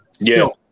Yes